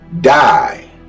die